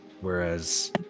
whereas